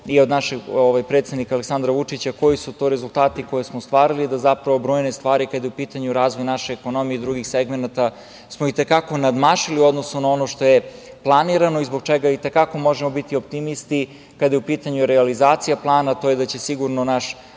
i od našeg predsednika Aleksandra Vučića, koji su to rezultati koje smo ostvarili, da zapravo bojne stvari kada je u pitanju razvoj naše ekonomije i drugih segmenata, smo i te kako nadmašili u odnosu na ono što je planirano i zbog čega i te kako možemo biti optimisti kada je u pitanju realizacija plana, a to je da će sigurno naš